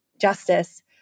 justice